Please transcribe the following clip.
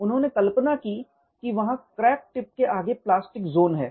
उन्होंने कल्पना की कि वहाँ क्रैक टिप के आगे प्लास्टिक ज़ोन है